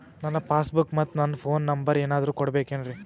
ನನ್ನ passbook ಮತ್ ನನ್ನ ಫೋನ್ ನಂಬರ್ ಏನಾದ್ರು ಕೊಡಬೇಕೆನ್ರಿ?